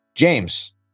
James